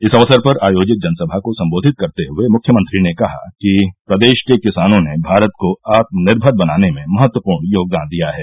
इस अवसर पर आयोजित जनसभा को सम्बोधित करते हुये मुख्यमंत्री ने कहा कि प्रदेश के किसानों ने भारत को आत्मनिर्भर बनाने में महत्वपूर्ण योगदान दिया है